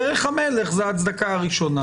דרך המלך זו ההצדקה הראשונה.